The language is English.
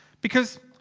because.